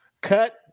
Cut